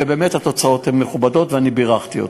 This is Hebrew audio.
ובאמת התוצאות הן מכובדות ואני בירכתי אותו.